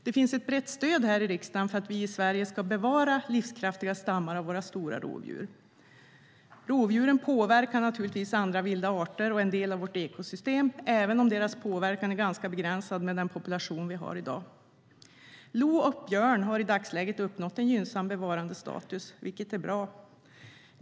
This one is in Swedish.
Det finns ett brett stöd här i riksdagen för att vi i Sverige ska bevara livskraftiga stammar av våra stora rovdjur. Rovdjuren påverkar naturligtvis andra vilda arter och en del av vårt ekosystem, även om deras påverkan är ganska begränsad med den population vi har i dag. Lo och björn har i dagsläget uppnått en gynnsam bevarandestatus, vilket är bra.